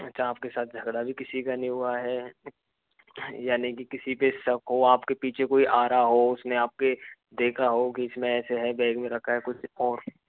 अच्छा आपके साथ झगड़ा भी किसी का नहीं हुआ है यानि कि किसी पे शक हो आपके पीछे कोई आ रहा हो उसने आपके देखा हो कि इसमें ऐसे है बैग में रखा है कुछ और